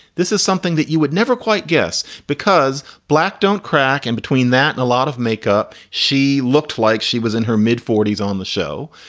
this is something that you would never quite guess because black don't crack in between that and a lot of makeup. she looked like she was in her mid forty s on the show.